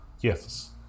Yes